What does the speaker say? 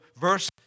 verse